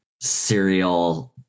serial